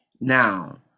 now